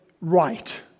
right